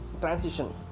transition